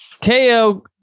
Teo